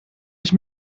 ich